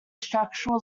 structural